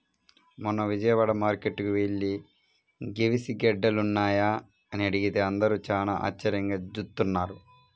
మొన్న విజయవాడ మార్కేట్టుకి యెల్లి గెనిసిగెడ్డలున్నాయా అని అడిగితే అందరూ చానా ఆశ్చర్యంగా జూత్తన్నారు